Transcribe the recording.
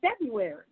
February